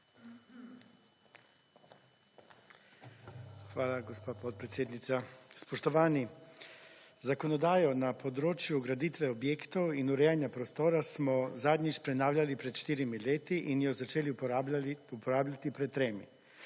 Hvala, gospa podpredsednica. Spoštovani! Zakonodajo na področju graditve objektov in urejanja prostora smo zadnjič prenavljali pred štirimi leti in jo začeli uporabljati pred tremi.